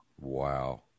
Wow